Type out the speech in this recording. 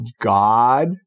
god